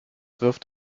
wirft